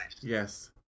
yes